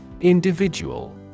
Individual